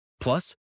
Plus